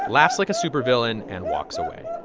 laughs like a supervillain and walks away